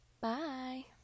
Bye